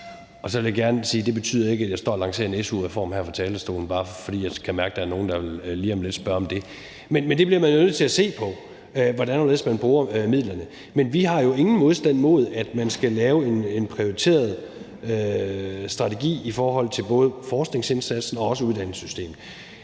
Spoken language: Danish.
Og så vil jeg gerne sige, at det ikke betyder, at jeg står og lancerer en su-reform her fra talerstolen – bare fordi jeg kan mærke, at der er nogle, der lige om lidt vil spørge om det. Men det bliver man jo nødt til at se på, altså hvordan og hvorledes man bruger midlerne. Vi har jo ingen modstand mod, at man skal lave en prioriteret strategi i forhold til både forskningsindsatsen og uddannelsessystemet.